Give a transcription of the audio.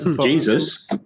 Jesus